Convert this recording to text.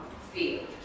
field